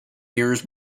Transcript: mirrors